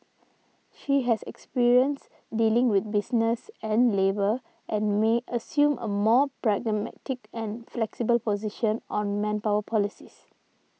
she has experience dealing with business and labour and may assume a more pragmatic and flexible position on manpower policies